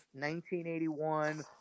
1981